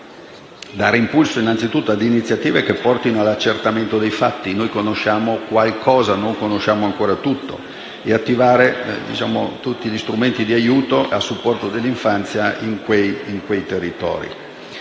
dare impulso ad iniziative che portino all'accertamento dei fatti - conosciamo qualcosa, ma non ancora tutto - attivando tutti gli strumenti di aiuto e di supporto dell'infanzia in quei territori.